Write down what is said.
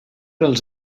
els